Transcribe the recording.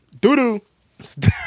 doo-doo